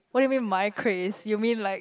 why wait my crest you mean like